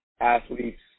athletes